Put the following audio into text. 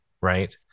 right